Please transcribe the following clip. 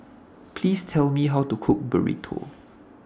Please Tell Me How to Cook Burrito